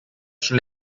schon